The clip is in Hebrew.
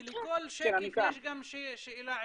כי לכל שקף יש גם שאלה עקרונית.